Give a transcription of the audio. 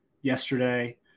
yesterday